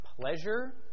pleasure